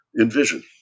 envision